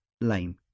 Lame